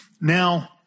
Now